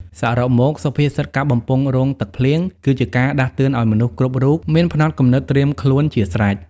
សរុបមក សុភាសិត "កាប់បំពង់រង់ទឹកភ្លៀង" គឺជាការដាស់តឿនឱ្យមនុស្សគ្រប់រូបមានផ្នត់គំនិតត្រៀមខ្លួនជាស្រេច ។